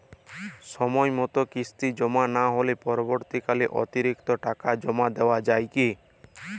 সময় মতো কিস্তি জমা না হলে পরবর্তীকালে অতিরিক্ত টাকা জমা দেওয়া য়ায় কি?